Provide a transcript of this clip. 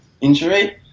injury